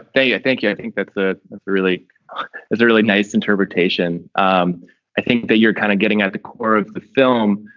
you. thank you. i think that that really is a really nice interpretation. um i think that you're kind of getting at the core of the film.